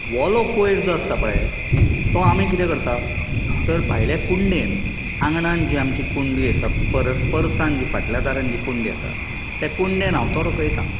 वोलो कोयर जो आसता पळय तो आमी कितें करतात तर भायल्या कुंडेन आंगणांत जी आमची कुंडी आसा परस परसान जी फाटल्या दारान जी कुंडी आसा त्या कुंडेन हांव तो रकयतां